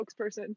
spokesperson